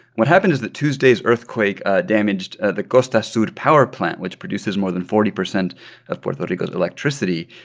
what happened is that tuesday's earthquake ah damaged the costa sur power plant, which produces more than forty percent of puerto rico's electricity.